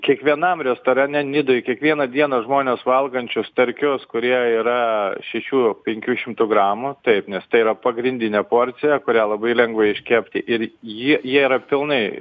kiekvienam restorane nidoj kiekvieną dieną žmones valgančius starkius kurie yra šešių penkių šimtų gramų taip nes tai yra pagrindinė porcija kurią labai lengva iškepti ir ji jie yra pilnai